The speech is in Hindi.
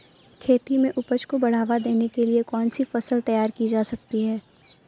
खेती में उपज को बढ़ावा देने के लिए कौन सी फसल तैयार की जा सकती है?